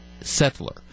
settler